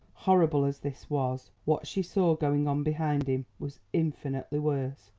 horrible as this was, what she saw going on behind him was infinitely worse.